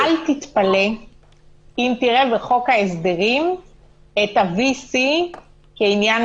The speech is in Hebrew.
מדינת ישראל השתלטה על היקף ההתפרצות של נגיף